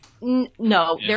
no